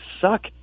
suck